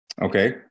Okay